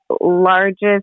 largest